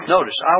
Notice